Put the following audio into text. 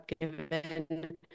given